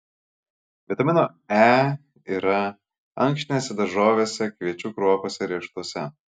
vitamino e yra ankštinėse daržovėse kviečių kruopose riešutuose